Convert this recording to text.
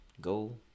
go